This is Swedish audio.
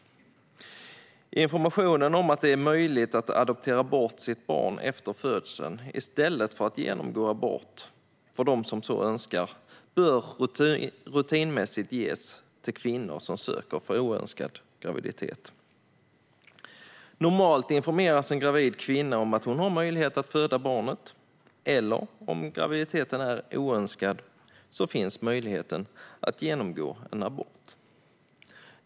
Informationen om att det är möjligt att adoptera bort sitt barn efter födseln i stället för att genomgå abort för dem som så önskar bör rutinmässigt ges till kvinnor som söker för oönskad graviditet. Normalt informeras en gravid kvinna om att hon har möjlighet att föda barnet eller, om graviditeten är oönskad, om möjligheten att genomgå en abort.